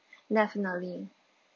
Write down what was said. definitely